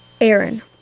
Aaron